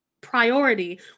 priority